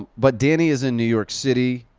but danny is in new york city.